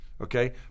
Okay